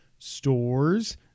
stores